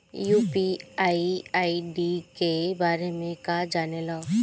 UPI ID के बारे में का जाने ल?